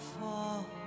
fall